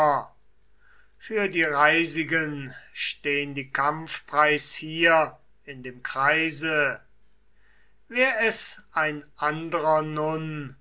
für die reisigen stehn die kampfpreis hier in dem kreise wär es ein anderer nun